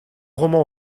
roman